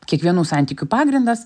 kiekvienų santykių pagrindas